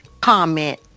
comment